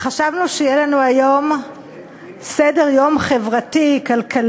חשבנו שיהיה לנו היום סדר-יום חברתי-כלכלי,